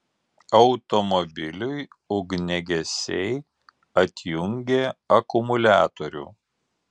automobiliui ugniagesiai atjungė akumuliatorių